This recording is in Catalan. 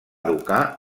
educar